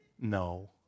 No